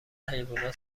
حیوونا